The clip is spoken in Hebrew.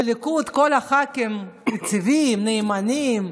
בליכוד כל הח"כים יציבים, נאמנים,